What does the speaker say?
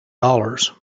dollars